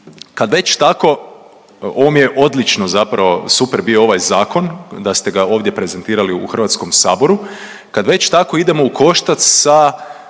kad već tako odlično zapravo, super bio ovaj Zakon da ste ga ovdje prezentirali u HS-u, kad već tako idemo ukoštac sa,